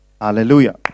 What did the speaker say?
Hallelujah